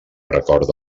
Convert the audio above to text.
record